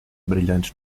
brilhantes